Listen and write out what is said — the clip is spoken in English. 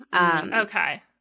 Okay